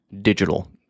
digital